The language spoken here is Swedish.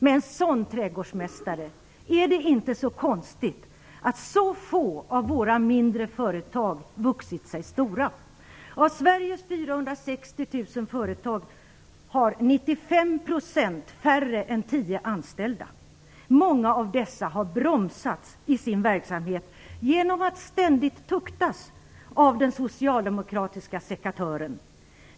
Med en sådan trädgårdsmästare är det inte konstigt att så få av våra mindre företag vuxit sig stora. Av Sveriges ca 460 000 företag har 95 % färre än tio anställda. Många av dessa företag har bromsats i sin verksamhet genom att ständigt tuktas av den socialdemokratiska sekatören.